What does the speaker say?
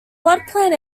floodplain